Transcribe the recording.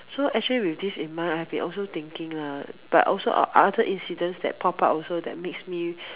so actually with this in mind I've been also thinking lah but also oth~ other incidents that pop up also that makes me